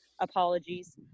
apologies